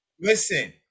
Listen